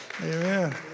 Amen